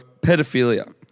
pedophilia